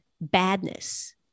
badness